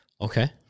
Okay